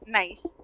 nice